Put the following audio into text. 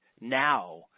now